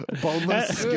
boneless